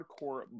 hardcore